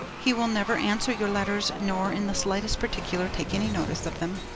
he will never answer your letters, nor in the slightest particular take any notice of them.